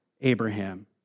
Abraham